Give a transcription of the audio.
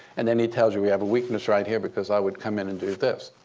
and then he tells you, we have a weakness right here because i would come in and do this.